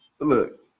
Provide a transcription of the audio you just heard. look